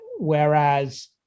whereas